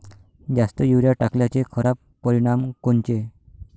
जास्त युरीया टाकल्याचे खराब परिनाम कोनचे?